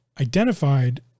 identified